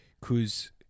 Cause